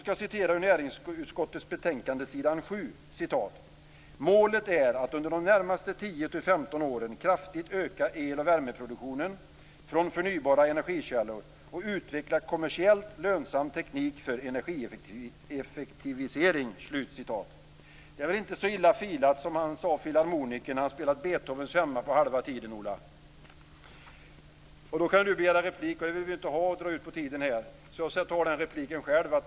Jag citerar ur näringsutskottets betänkande s. 7: "Målet är att under de närmaste tio till femton åren kraftigt öka el och värmeproduktionen från förnybara energikällor och utveckla kommersiellt lönsam teknik för energieffektivisering." Inte så illa filat, som han sade filharmonikern när han spelat Beethovens 5:e på halva tiden, Ola Karlsson! Då kan Ola Karlsson begära replik. Eftersom jag inte vill dra ut på tiden tar jag den repliken själv.